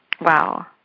Wow